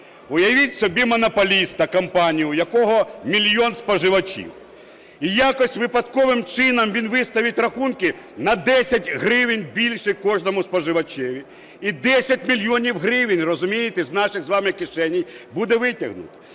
Уявіть собі монополіста компанію, у якого мільйон споживачів. І якось, випадковим чином, він виставить рахунки на 10 гривень більше кожному споживачеві, і 10 мільйонів гривень, розумієте, з наших з вами кишень буде витягнуто.